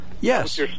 Yes